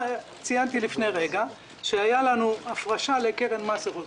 ציינתי לפני רגע שהייתה לנו הפרשה לקרן מס רכוש.